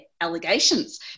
allegations